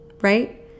right